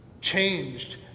changed